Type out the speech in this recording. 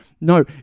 no